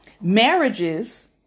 marriages